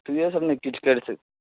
तोँहीसब ने किछु करि सकै छी